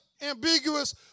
ambiguous